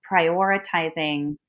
prioritizing